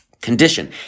condition